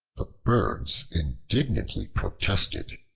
the birds indignantly protested,